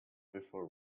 before